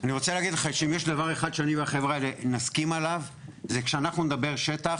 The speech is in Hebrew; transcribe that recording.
אם יש דבר אחד שאני והחבר'ה האלה נסכים עליו זה שכשאנחנו נדבר שטח,